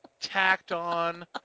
tacked-on